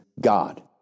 God